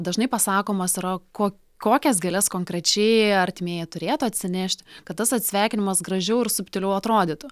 dažnai pasakomas yra ko kokias gėles konkrečiai artimieji turėtų atsinešt kad tas atsisveikinimas gražiau ir subtiliau atrodytų